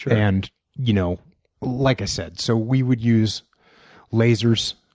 and you know like i said, so we would use lasers.